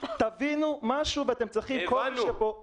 תבינו משהו --- הבנו.